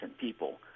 people